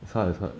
算了算